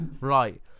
Right